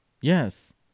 Yes